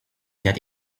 that